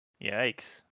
Yikes